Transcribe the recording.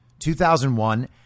2001